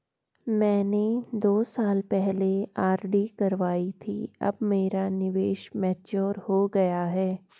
मैंने दो साल पहले आर.डी करवाई थी अब मेरा निवेश मैच्योर हो गया है